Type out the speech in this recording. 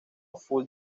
full